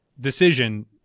decision